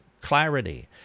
clarity